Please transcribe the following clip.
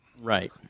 right